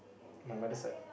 my mother side